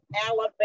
Alabama